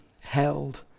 held